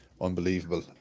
Unbelievable